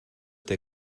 der